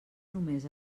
només